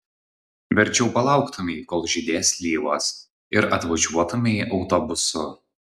verčiau palauktumei kol žydės slyvos ir atvažiuotumei autobusu